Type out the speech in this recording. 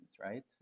right